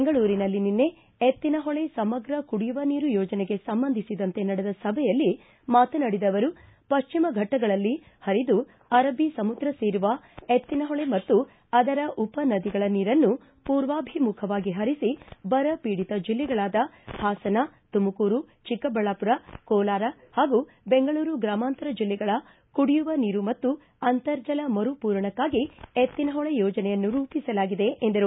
ಬೆಂಗಳೂರಿನಲ್ಲಿ ನಿನ್ನೆ ಎತ್ತಿನಹೊಳೆ ಸಮಗ್ರ ಕುಡಿಯುವ ನೀರು ಯೋಜನೆಗೆ ಸಂಬಂಧಿಸಿದಂತೆ ನಡೆದ ಸಭೆಯಲ್ಲಿ ಮಾತನಾಡಿದ ಅವರು ಪಶ್ಚಿಮ ಘಟ್ಟಗಳಲ್ಲಿ ಪರಿದು ಅರಬ್ಬ ಸಮುದ್ರ ಸೇರುವ ಎತ್ತಿನಹೊಳೆ ಮತ್ತು ಅದರ ಉಪನದಿಗಳ ನೀರನ್ನು ಪೂರ್ವಾಭೀಮುಖವಾಗಿ ಹರಿಸಿ ಬರ ಪೀಡಿತ ಜಿಲ್ಲೆಗಳಾದ ಹಾಸನ ತುಮಕೂರು ಚಿಕ್ಕಬಳ್ಳಾಪುರ ಕೋಲಾರ ಹಾಗೂ ಬೆಂಗಳೂರು ಗ್ರಾಮಾಂತರ ಜಿಲ್ಲೆಗಳ ಕುಡಿಯುವ ನೀರು ಮತ್ತು ಅಂತರ್ಜಲ ಮರುಪೂರಣಕ್ಕಾಗಿ ಎತ್ತಿನಹೂಳೆ ಯೋಜನೆಯನ್ನು ರೂಪಿಸಲಾಗಿದೆ ಎಂದರು